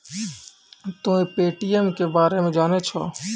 तोंय पे.टी.एम के बारे मे जाने छौं?